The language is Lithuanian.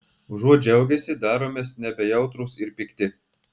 užuot džiaugęsi daromės nebejautrūs ir pikti